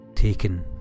Taken